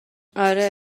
آره